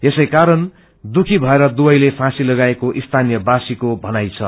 यसैकारण दुखी भएर दुवैले फ्रँसी लगाएको स्थानीय वासीको भनाई छ